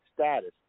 status